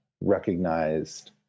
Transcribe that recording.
recognized